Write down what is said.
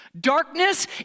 Darkness